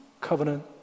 Covenant